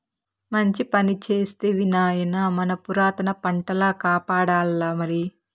మంచి పని చేస్తివి నాయనా మన పురాతన పంటల కాపాడాల్లమరి